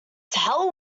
tell